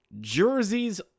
jerseys